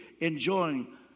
enjoying